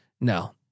no